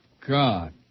God